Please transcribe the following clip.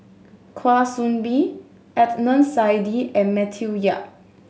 Kwa Soon Bee Adnan Saidi and Matthew Yap